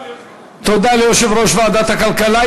תודה ליושב-ראש ועדת הכלכלה.